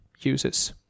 uses